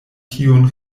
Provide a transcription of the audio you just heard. tiun